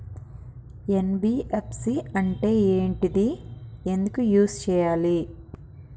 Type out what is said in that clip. NBFC అంటే ఏంటిది ఎందుకు యూజ్ చేయాలి?